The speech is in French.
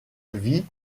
vie